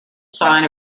sign